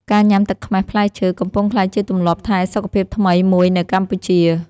ការញ៉ាំទឹកខ្មេះផ្លែឈើ កំពុងក្លាយជាទម្លាប់ថែសុខភាពថ្មីមួយនៅកម្ពុជា។